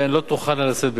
והן לא תוכלנה לשאת בכך.